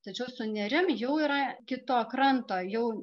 tačiau su nerim jau yra kito kranto jau